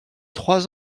trois